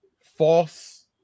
false